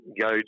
go